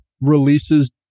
releases